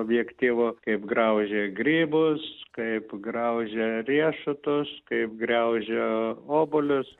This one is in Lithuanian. objektyvu kaip graužia grybus kaip graužia riešutus kaip graužia obuolius